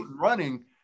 running